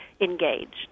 engaged